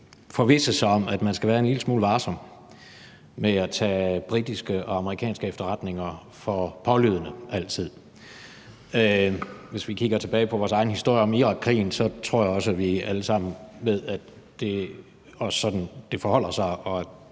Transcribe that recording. forvisse sig om, at man skal være en lille smule varsom med at tage britiske og amerikanske efterretninger for pålydende altid. Hvis vi kigger tilbage på vores egen historie om Irakkrigen, tror jeg, vi alle sammen ved, at det også er sådan, det forholder sig, og at